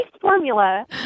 formula